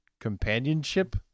companionship